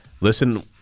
listen